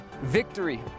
victory